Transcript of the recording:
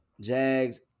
Jags